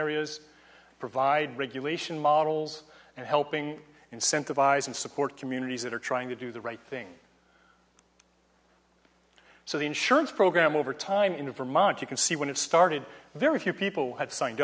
areas provide regulation models and helping incentivize and support communities that are trying to do the right thing so the insurance program over time in vermont you can see when it started very few people have signed